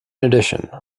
addition